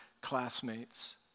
classmates